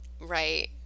Right